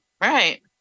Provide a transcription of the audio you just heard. Right